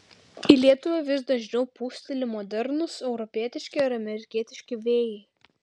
į lietuvą vis dažniau pūsteli modernūs europietiški ar amerikietiški vėjai